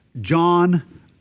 john